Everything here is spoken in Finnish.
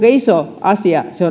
kuinka iso asia se